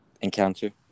encounter